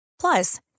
Plus